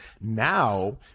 now